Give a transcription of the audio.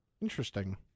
Interesting